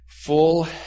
full